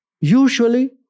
Usually